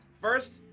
first